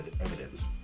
evidence